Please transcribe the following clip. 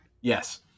Yes